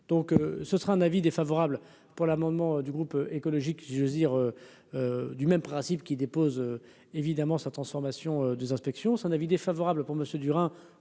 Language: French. donc ce sera un avis défavorable pour l'amendement du groupe écologique, je veux dire du même principe qui dépose évidemment sa transformation des inspections, c'est un avis défavorable pour Monsieur